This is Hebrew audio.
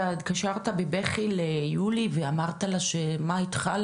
אתה התקשרת בבכי ליולי ואמרת לה שמה איתך,